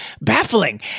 baffling